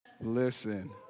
Listen